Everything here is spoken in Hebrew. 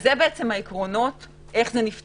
אלה העקרונות, איך זה נפתח.